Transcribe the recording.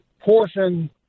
Portion